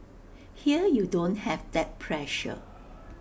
here you don't have that pressure